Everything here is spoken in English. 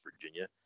Virginia